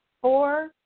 Four